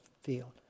field